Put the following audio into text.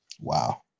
Wow